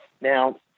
Now